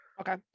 Okay